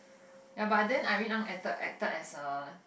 ya but then Irene-Ang acted as a